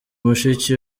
mushiki